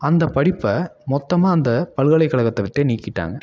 அந்த படிப்பை மொத்தமாக அந்த பல்கலைக்கழகத்தை விட்டே நீக்கிட்டாங்க